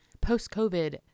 post-COVID